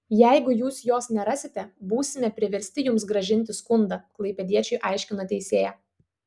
jeigu jūs jos nerasite būsime priversti jums grąžinti skundą klaipėdiečiui aiškino teisėja